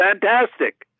fantastic